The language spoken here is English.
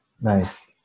nice